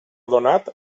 donat